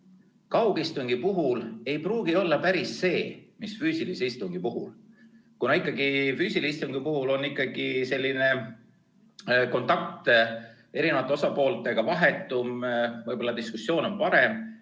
kaugistungi puhul ei pruugi olla päris see, mis füüsilise istungi puhul? Ikkagi füüsilise istungi puhul on kontakt eri osapooltega vahetum, võib-olla diskussioon on parem.